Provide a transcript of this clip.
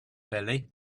belly